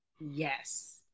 Yes